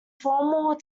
formal